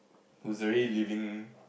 who's already living